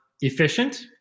efficient